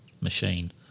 machine